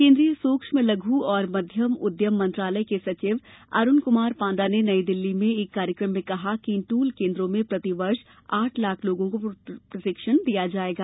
केंद्रीय सूक्ष्म लघु एवं मध्यम उद्यम मंत्रालय के सचिव अरूण कुमार पांडा ने नई दिल्ली में एक कार्यक्रम में कहा कि इन दूल केंद्रों में प्रतिवर्ष आठ लाख लोगों को प्रशिक्षण दिया जाएगा